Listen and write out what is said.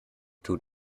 tut